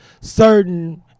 certain